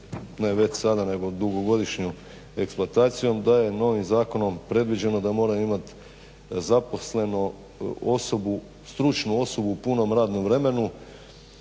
ne već sada nego dugogodišnjom eksploatacijom da je novim zakonom predviđeno da mora imat zaposleno stručnu osobu u punom radnom vremenu.